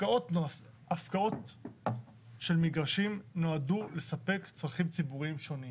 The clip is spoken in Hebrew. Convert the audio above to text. הפקעות של מגרשים נועדו לספק צרכים ציבוריים שונים,